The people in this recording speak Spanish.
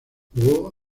jugó